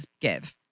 give